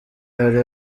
hari